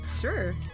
sure